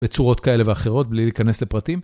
בצורות כאלה ואחרות בלי להיכנס לפרטים.